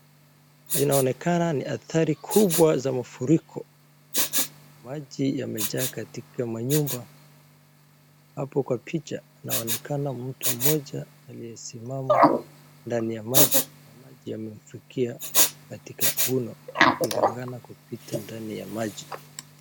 Zinaonekana ni athari kubwa za mafuriko. Maji yamejaa katika manyumba hapo kwa picha inaonekana mtu mmoja aliyesimama ndani ya maji na maji yamemfikia katika kiuno aking'ang'ana kupita ndani ya maji.